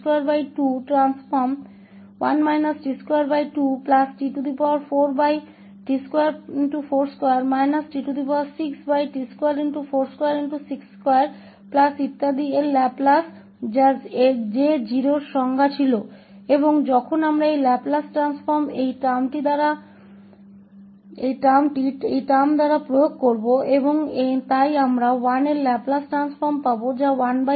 और अब हम इस लैपलेस ट्रांसफॉर्म को टर्म द्वारा इस टर्म को लागू करेंगे और इसलिए हमें 1 का लैपलेस ट्रांसफॉर्म मिलेगा जो कि 1s है t2 का लैपलेस ट्रांसफॉर्म जो 2